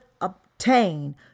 obtain